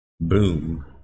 boom